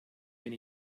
wenn